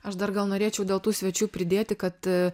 aš dar gal norėčiau dėl tų svečių pridėti kad